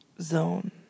zone